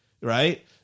right